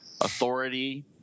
Authority